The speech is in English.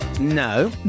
No